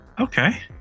Okay